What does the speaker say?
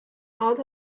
out